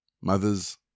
mothers